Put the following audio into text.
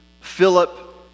Philip